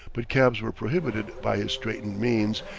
but cabs were prohibited by his straitened means,